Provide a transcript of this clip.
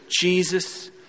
jesus